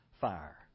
fire